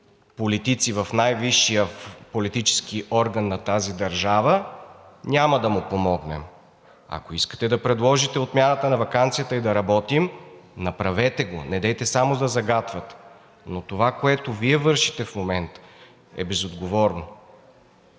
политици в най-висшия политически орган на тази държава, няма да му помогнем. Ако искате да предложите отмяна на ваканцията и да работим, направете го. Недейте само да загатвате, но това, което Вие вършите в момента, е безотговорно.